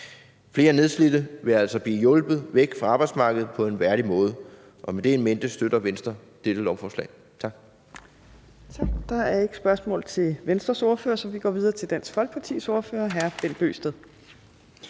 Flere nedslidte vil altså blive hjulpet væk fra arbejdsmarkedet på en værdig måde, og med det in mente støtter Venstre dette lovforslag. Tak. Kl. 13:35 Fjerde næstformand (Trine Torp): Tak. Der er ikke spørgsmål til Venstres ordfører, så vi går videre til Dansk Folkepartis ordfører. Hr. Bent Bøgsted.